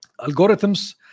Algorithms